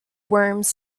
worms